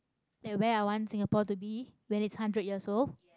like where i want singapore to be when it's hundred years old